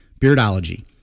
Beardology